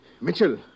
Mitchell